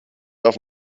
auf